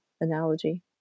analogy